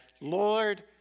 Lord